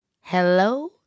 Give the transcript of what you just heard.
Hello